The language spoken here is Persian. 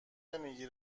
نمیگی